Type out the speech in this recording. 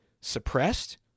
suppressed